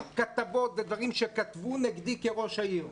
כתבות ודברים שכתבו נגדי כראש העיר.